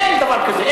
אין דבר כזה.